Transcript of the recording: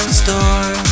store